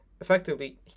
effectively